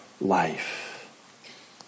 life